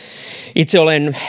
itse olen